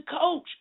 coach